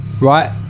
right